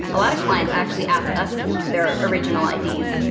a lot of clients actually ask us to keep their original i d.